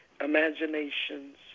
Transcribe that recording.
imaginations